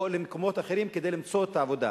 למקומות אחרים כדי למצוא את העבודה.